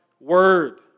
Word